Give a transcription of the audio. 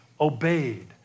obeyed